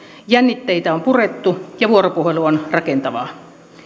jännitteitä on purettu ja vuoropuhelu on rakentavaa